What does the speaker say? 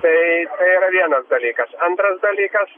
tai yra vienas dalykas antras dalykas